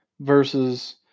versus